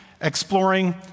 exploring